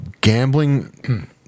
gambling